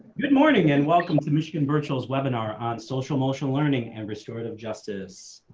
good morning and welcome to michigan virtual webinar on social emotional learning and restorative justice.